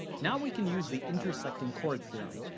now we can use the intersecting chords theorem.